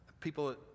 people